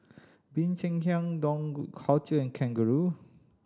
Bee Cheng Hiang Dough Culture and Kangaroo